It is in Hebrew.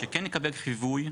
שכן נקבל חיווי,